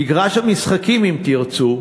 מגרש המשחקים, אם תרצו,